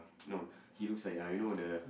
no he looks like uh you know the